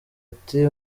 ati